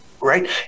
right